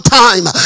time